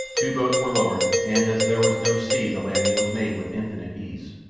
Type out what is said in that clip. two boats were lowered, and as there was no sea the landing was made with infinite ease.